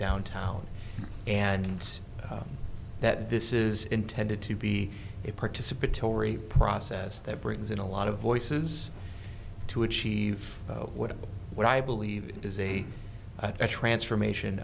downtown and that this says intended to be a participatory process that brings in a lot of voices to achieve what what i believe is a transformation